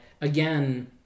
again